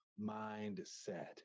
mindset